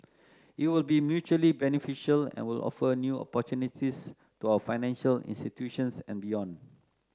it will be mutually beneficial and will offer new opportunities to our financial institutions and beyond